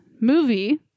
movie